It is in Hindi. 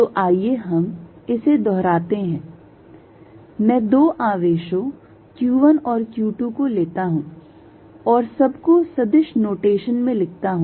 तो आइए हम इसे दोहराते हैं मैं दो आवेशों q1 और q2 को लेता हूं और सबको सदिश नोटेशन में लिखता हूं